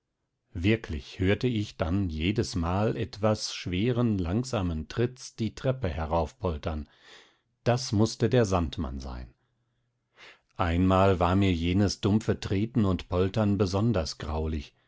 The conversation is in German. wirklich hörte ich dann jedesmal etwas schweren langsamen tritts die treppe heraufpoltern das mußte der sandmann sein einmal war mir jenes dumpfe treten und poltern besonders graulich